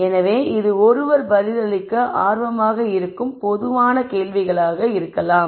எனவே இது ஒருவர் பதிலளிக்க ஆர்வமாக இருக்கும் பொதுவான கேள்விகளாக இருக்கலாம்